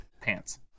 pants